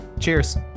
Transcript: Cheers